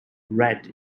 red